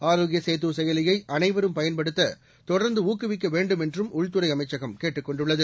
ஆரோக்கிய சேது செயலியை அனைவரும் பயன்படுத்த தொடர்ந்து ஊக்குவிக்க வேண்டும் என்றும் உள்துறை அமைச்சகம் கேட்டுக் கொண்டுள்ளது